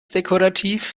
dekorativ